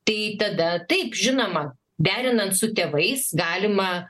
tai tada taip žinoma derinant su tėvais galima